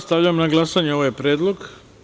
Stavljam na glasanje ovaj predlog.